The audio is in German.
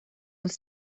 muss